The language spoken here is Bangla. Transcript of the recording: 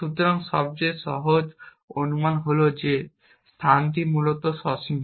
সুতরাং সবচেয়ে সহজ অনুমান হল যে স্থানটি মূলত সসীম